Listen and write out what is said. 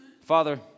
Father